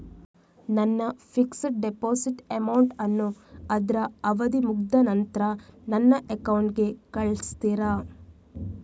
ನನ್ನ fixed deposit amount ಅನ್ನು ಅದ್ರ ಅವಧಿ ಮುಗ್ದ ನಂತ್ರ ನನ್ನ ಅಕೌಂಟ್ ಗೆ ಕಳಿಸ್ತೀರಾ?